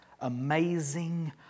amazing